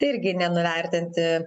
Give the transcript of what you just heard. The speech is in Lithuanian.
irgi nenuvertinti